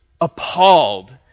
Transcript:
appalled